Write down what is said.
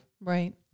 right